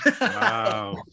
Wow